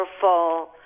powerful